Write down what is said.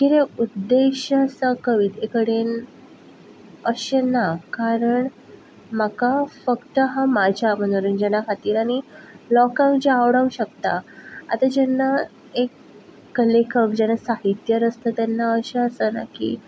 किदें उपदेश असो कविते कडेन अशें ना कारण म्हाका हांव फक्त म्हज्या मनोरंजना खातीर आनी लोकांक जें आवडोंक शकता आतां जेन्ना एक लेखक साहित्य रचता तेन्ना अशें आसना की